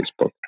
Facebook